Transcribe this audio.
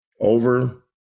over